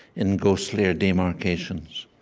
in ghostlier demarcations,